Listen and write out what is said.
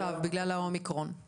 בגלל האומיקרון, כן.